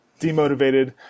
demotivated